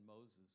Moses